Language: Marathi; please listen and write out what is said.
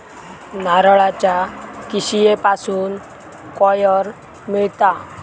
नारळाच्या किशीयेपासून कॉयर मिळता